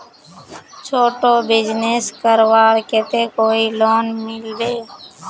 छोटो बिजनेस करवार केते कोई लोन मिलबे?